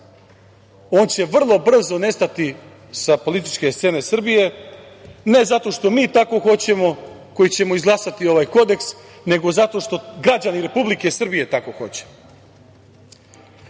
on će vrlo brzo nestati sa političke scene Srbije ne zato što mi tako hoćemo koji ćemo izglasati ovaj kodeks, nego zato što građani Republike Srbije tako